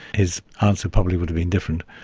his answer probably would have been different.